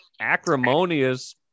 acrimonious